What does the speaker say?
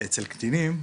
אצל קטינים,